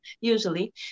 usually